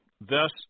Thus